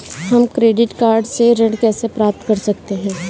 हम credit card से ऋण कैसे प्राप्त कर सकते हैं?